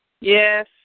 Yes